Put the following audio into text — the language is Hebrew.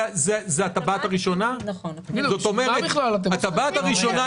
אם המטרה שלו לא תהיה מדויקת --- אני חושב שהמטרה שלו היא